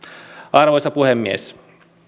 arvoisa puhemies